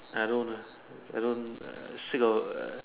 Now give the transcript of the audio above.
I don't ah I don't ah still got